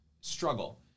struggle